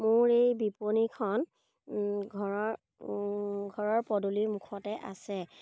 মোৰ এই বিপণীখন ঘৰৰ ঘৰৰ পদূলিৰ মুখতে আছে